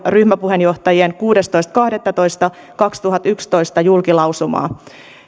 ryhmäpuheenjohtajien kuudestoista kahdettatoista kaksituhattayksitoista julkilausumaa